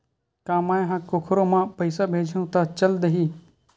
का मै ह कोखरो म पईसा भेजहु त चल देही?